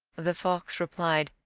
the fox replied,